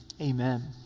amen